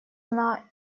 она